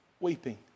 weeping